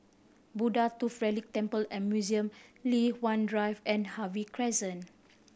Buddha Tooth Relic Temple and Museum Li Hwan Drive and Harvey Crescent